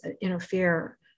interfere